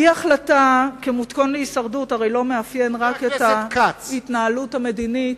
אי-החלטה כמתכון להישרדות מאפיין לא רק את ההתנהלות המדינית